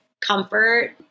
comfort